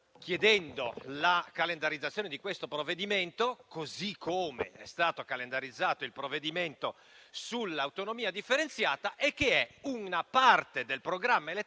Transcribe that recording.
chiedendo la calendarizzazione di questo provvedimento, così come è stato calendarizzato il provvedimento sull'autonomia differenziata, è che esso è una parte del programma elettorale